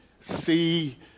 see